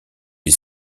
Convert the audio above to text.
des